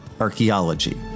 archaeology